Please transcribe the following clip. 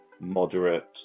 moderate